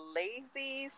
lazy